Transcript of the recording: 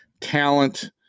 talent